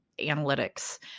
analytics